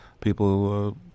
people